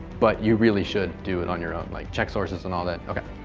but you really should do it on your own, like check sources and all that. okay.